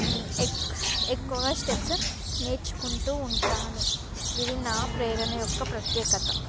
ఎక్కు ఎక్కువగా స్టెప్స్ నేర్చుకుంటూ ఉంటాను ఇది నా ప్రేరణ యొక్క ప్రత్యేకత